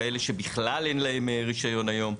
כאלה שבכלל אין להם רישיון היום,